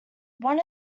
one